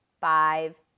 Five